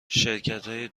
شرکتهای